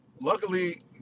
Luckily